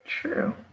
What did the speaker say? True